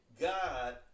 God